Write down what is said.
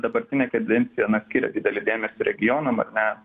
dabartinė kadencija na skiria didelį dėmesį regionam ar ne